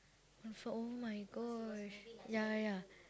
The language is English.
I saw !oh-my-gosh! ya ya